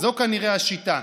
זו כנראה השיטה,